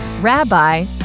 Rabbi